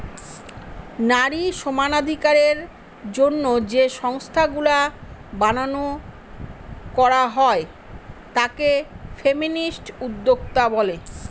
নারী সমানাধিকারের জন্য যে সংস্থাগুলা বানানো করা হয় তাকে ফেমিনিস্ট উদ্যোক্তা বলে